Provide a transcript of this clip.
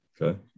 Okay